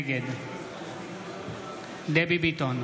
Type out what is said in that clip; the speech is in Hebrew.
נגד דבי ביטון,